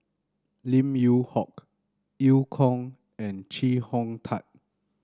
Lim Yew Hock Eu Kong and Chee Hong Tat